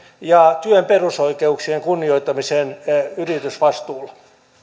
ja työn perusoikeuksien kunnioittamisen yritysvastuulla